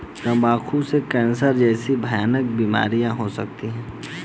तंबाकू से कैंसर जैसी भयानक बीमारियां हो सकती है